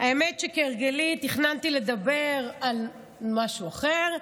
האמת שכהרגלי תכננתי לדבר על משהו אחר,